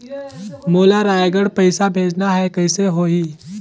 मोला रायगढ़ पइसा भेजना हैं, कइसे होही?